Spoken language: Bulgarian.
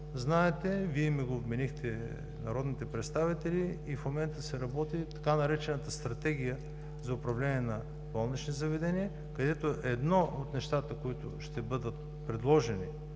знаете, Вие ми го вменихте, народните представители, и в момента се работи така наречената „Стратегия за управление на болнични заведения”, където едно от нещата, които ще бъдат предложени